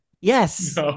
Yes